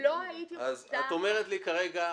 אז את אומרת לי כרגע,